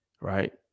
right